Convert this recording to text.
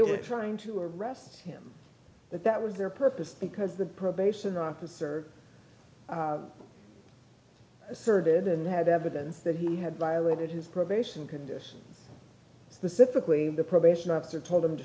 were trying to arrest him but that was their purpose because the probation officer asserted and had evidence that he had violated his probation conditions specifically the probation officer told him to